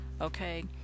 okay